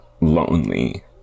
lonely